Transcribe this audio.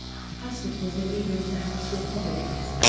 hastert was the leader of the house republicans,